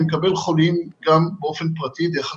אני מקבל חולים גם באופן פרטי דרך הקופות,